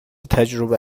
تجربه